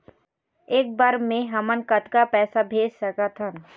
एक बर मे हमन कतका पैसा भेज सकत हन?